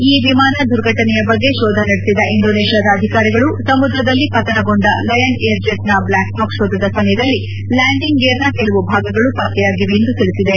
ಈ ವಿಮಾನ ದುರ್ಘಟನೆಯ ಬಗ್ಗೆ ಶೋಧ ನಡೆಸಿದ ಇಂಡೋನೇಷ್ಯಾದ ಅಧಿಕಾರಿಗಳು ಸಮುದ್ರದಲ್ಲಿ ಪತನಗೊಂಡ ಲಯನ್ ಏರ್ ಜೆಟ್ನ ಬ್ಲಾಕ್ ಬಾಕ್ ಶೋಧದ ಸಮಯದಲ್ಲಿ ಲ್ಲಾಂಡಿಗ್ ಗೇರ್ನ ಕೆಲವು ಭಾಗಗಳು ಪತ್ತೆಯಾಗಿವೆ ಎಂದು ತಿಳಿಸಿದೆ